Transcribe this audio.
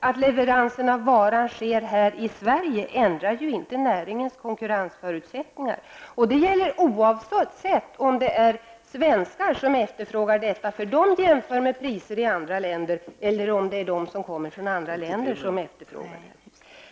Att leveransen av varan sker här i Sverige ändrar ju inte näringens konkurrensförutsättningar, och det gäller oavsett om det är svenskar som efterfrågar detta -- de jämför med priser i andra länder -- eller om det är de som kommer från andra länder.